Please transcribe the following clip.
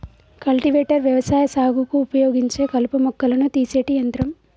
cultivator వ్యవసాయ సాగుకు ఉపయోగించే కలుపు మొక్కలను తీసేటి యంత్రం